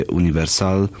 universal